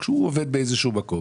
כשהוא עובד באיזשהו מקום,